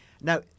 Now